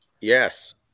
Yes